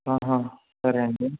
సరే అండి